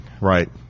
Right